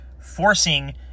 forcing